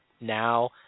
now